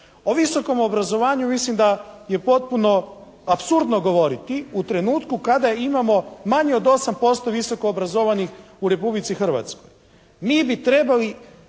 O visokom obrazovanju mislim da je potpuno apsurdno govoriti u trenutku kada imamo manje od 8% visoko obrazovanih u Republici Hrvatskoj. Mi bi trebali